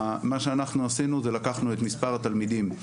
מה שאנחנו עשינו זה לקחנו את מספר התלמידים,